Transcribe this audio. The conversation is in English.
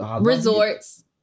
Resorts